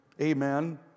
amen